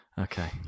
okay